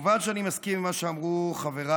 כמובן שאני מסכים עם מה שאמרו חבריי.